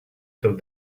told